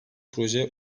proje